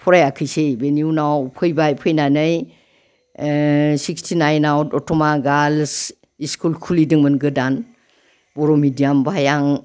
फरायखैसै बेनि उनाव फैबाय फैनानै सिक्सटि नाइनआव दतमा गार्लस स्कुल खुलिदोंमोन गोदान बर' मिडियाम बाहाय आं